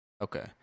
Okay